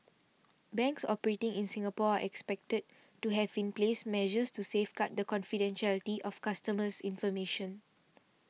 banks operating in Singapore are expected to have in place measures to safeguard the confidentiality of customers information